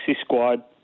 squad